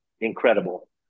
incredible